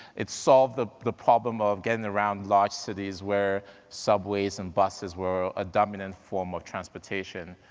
it solved the the problem of getting around large cities where subways and buses were a dominant form of transportation.